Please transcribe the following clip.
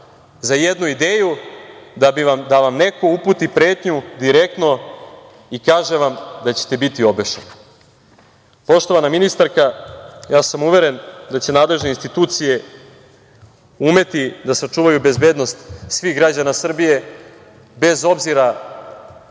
za jednu ideju da vam neko uputi pretnju direktno i kaže vam da ćete biti obešeni. Poštovana ministarka, ja sam uveren da će nadležne institucije umeti da sačuvaju bezbednost svih građana Srbije, bez obzira